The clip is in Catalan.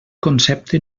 concepte